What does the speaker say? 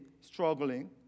struggling